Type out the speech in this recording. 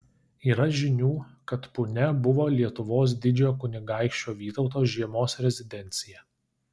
yra žinių kad punia buvo lietuvos didžiojo kunigaikščio vytauto žiemos rezidencija